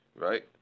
Right